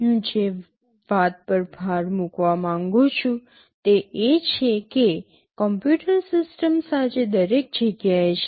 હું જે વાત પર ભાર મૂકવા માંગું છું તે એ છે કે કમ્પ્યુટર સિસ્ટમ્સ આજે દરેક જગ્યાએ છે